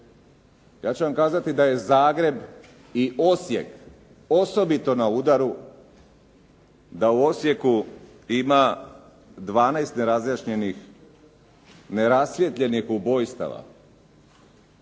Ja ću vam kazati da je Zagreb i Osijek osobito na udaru, da u Osijeku ima 12 nerazjašnjenih, nerasvijetljenih ubojstava.